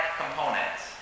components